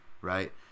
right